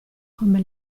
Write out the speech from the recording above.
come